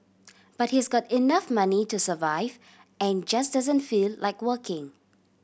but he's got enough money to survive and just doesn't feel like working